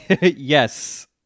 yes